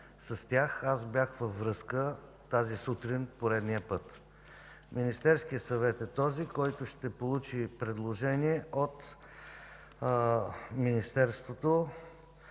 С тях бях във връзка тази сутрин за пореден път. Министерският съвет е този, който ще получи предложение от Министерството.